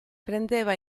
prendeva